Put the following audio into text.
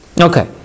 Okay